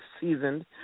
seasoned